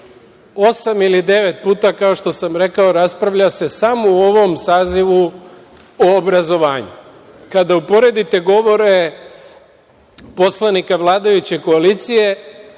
ili devet puta, kao što sam rekao, raspravlja se samo u ovom sazivu o obrazovanju. Kada uporedite govore poslanika vladajuće koalicije,